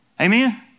Amen